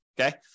Okay